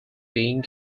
being